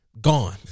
gone